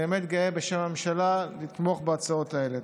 אני באמת גאה בשם הממשלה לתמוך בהצעות האלה.